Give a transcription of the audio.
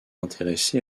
intéressé